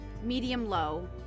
medium-low